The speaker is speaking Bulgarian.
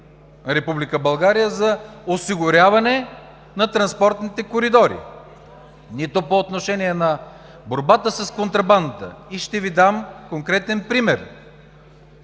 България за осигуряване на транспортните коридори, нито по отношение на борбата с контрабандата. Ще Ви дам конкретен пример.